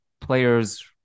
players